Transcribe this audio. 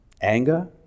Anger